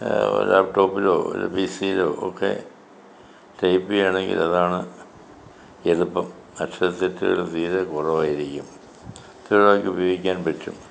ലാപ്ടോപ്പിലോ P C ലോ ഒക്കെ type അതാണ് എളുപ്പം അക്ഷരത്തെറ്റുകൾ തീരെ കുറവായിരിക്കും സ്ഥിരമായിട്ട് ഉപയോഗിക്കാൻ പറ്റും